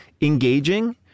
engaging